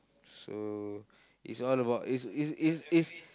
so is all about is is is is